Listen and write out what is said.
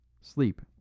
Sleep